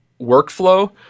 workflow